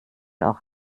auch